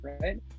right